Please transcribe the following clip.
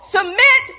Submit